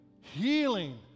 healing